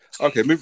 Okay